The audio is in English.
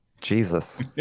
Jesus